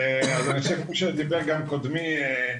כפי שאמר גם קודמי,